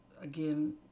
again